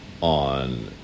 On